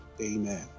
amen